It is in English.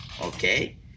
Okay